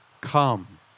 come